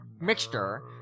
mixture